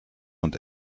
und